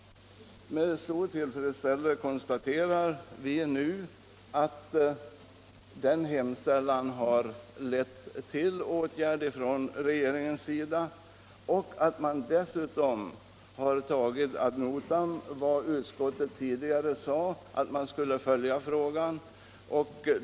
Med stor tillfredsställelse konstaterar vi nu att den hemställan har lett till åtgärder från regeringens sida och att man dessutom har tagit ad notam vad utskottet tidigare sade, nämligen att frågan skulle följas.